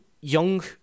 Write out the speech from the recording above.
young